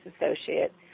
associate